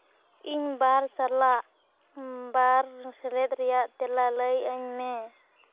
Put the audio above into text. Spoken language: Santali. ᱤᱧ ᱵᱟᱨ ᱥᱟᱞᱟᱜ ᱵᱟᱨ ᱥᱮᱞᱮᱫ ᱨᱮᱭᱟᱜ ᱛᱮᱞᱟ ᱞᱟᱹᱭ ᱟᱹᱧ ᱢᱮ